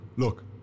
Look